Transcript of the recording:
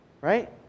right